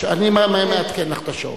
אני מעדכן לך את השעון.